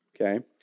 okay